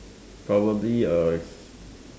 probably a